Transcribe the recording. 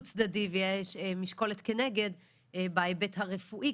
צדדי ויש משקולת כנגד בהיבט הרפואי,